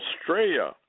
Australia